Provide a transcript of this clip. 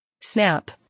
Snap